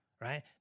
right